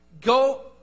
go